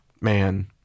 man